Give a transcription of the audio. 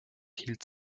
hielt